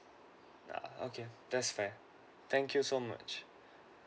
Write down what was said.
uh okay that's fair thank you so much